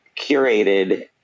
curated